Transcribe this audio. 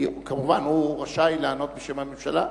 כמובן, הוא רשאי לענות בשם הממשלה,